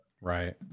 Right